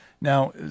Now